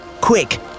quick